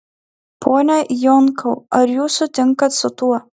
pone jonkau ar jūs sutinkat su tuo